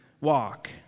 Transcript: walk